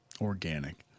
organic